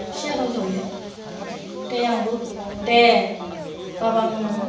सियाराव जयो ओमफ्राय आंबो दे बाबामोन